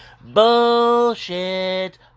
Bullshit